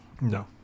No